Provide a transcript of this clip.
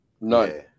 No